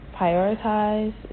prioritize